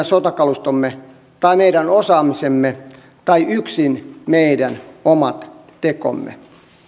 sotakalustomme tai meidän osaamisemme tai yksin meidän omat tekomme